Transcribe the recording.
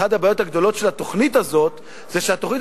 אחת הבעיות הגדולות של התוכנית הזאת היא שהתוכנית